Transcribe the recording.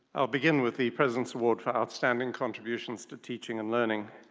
i'll begin with the president's award for outstanding contributions to teaching and learning.